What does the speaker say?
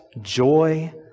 joy